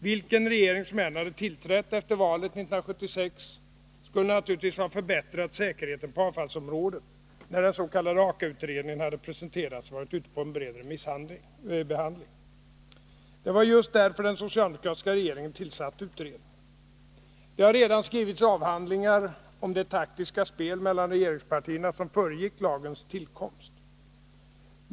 Vilken regering som än hade tillträtt efter valet 1976 skulle denna naturligtvis ha förbättrat säkerheten på avfallsområdet när den s.k. AKA-utredningen hade presenterats och varit ute på en bred remissomgång. Det var ju just därför som den socialdemokratiska regeringen tillsatte utredningen. Det har redan skrivits avhandlingar om det taktiska spel mellan regeringspartierna som föregick lagens tillkomst.